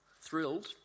thrilled